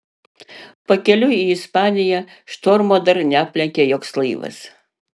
pakeliui į ispaniją štormo dar neaplenkė joks laivas